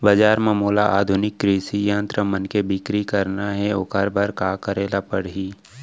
बजार म मोला आधुनिक कृषि यंत्र मन के बिक्री करना हे ओखर बर का करे ल पड़ही?